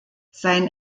sein